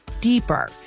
deeper